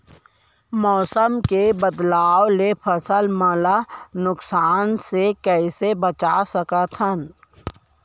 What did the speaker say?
मौसम के बदलाव ले फसल मन ला नुकसान से कइसे बचा सकथन?